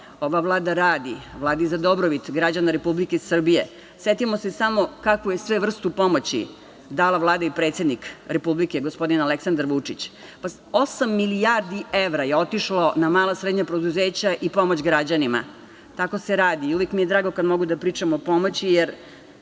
ova Vlada radi, radi sa dobrobit građana Republike Srbije, setimo se samo kakvu je sve vrstu pomoći dala Vlada i predsednik Republike, gospodin Aleksandar Vučić. Osam milijardi evra je otišlo na mala i srednja preduzeća i pomoć građanima. Tako se radi i uvek mi je drago kada mogu da pričam o pomoći, jer